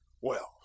Well